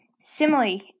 simile